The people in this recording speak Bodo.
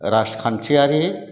राजखान्थियारि